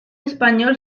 español